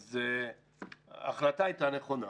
אז ההחלטה הייתה נכונה